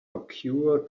occur